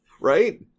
right